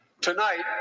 Tonight